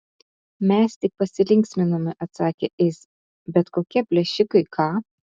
mes tik pasilinksminome atsakė iz bet kokie plėšikai ką